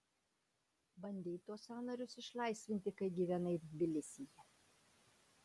bandei tuos sąnarius išlaisvinti kai gyvenai tbilisyje